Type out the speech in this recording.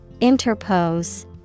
Interpose